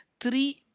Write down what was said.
three